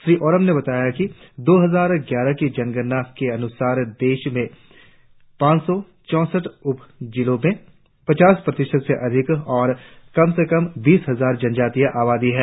श्री ओराम ने बताया कि दो हजार ग्यारह की जनगणना के अनुसार देश में पांच सौ चौसठ उप जिलों में पचास प्रतिशत से अधिक और कम से कम बीस हजार जनजातीय आबादी है